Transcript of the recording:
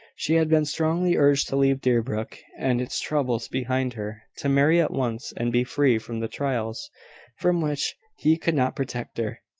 she had been strongly urged to leave deerbrook and its troubles behind her to marry at once, and be free from the trials from which he could not protect her,